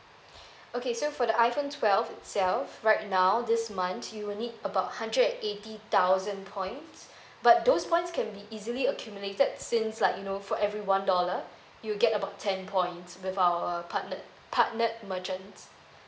okay so for the iphone twelve itself right now this month you will need about hundred and eighty thousand points but those points can be easily accumulated since like you know for every one dollar you'll get about ten points with our partnered partnered merchants